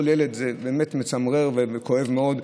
כל ילד, זה באמת מצמרר וכואב מאוד.